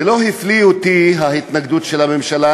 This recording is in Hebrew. זה לא הפליא אותי, ההתנגדות של הממשלה.